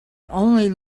only